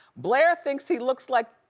blair thinks he looks like